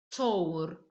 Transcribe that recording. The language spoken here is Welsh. töwr